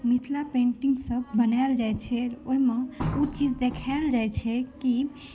Mithila painting सँ बनायल जाइत छै ओहिमे ओ चीज देखायल जाइत छै कि